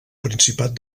principat